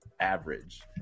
average